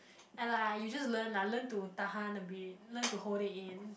and like you just learn lah learn to tahan a bit learn to hold it in